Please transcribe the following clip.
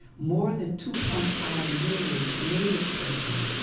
more than two point five million native persons,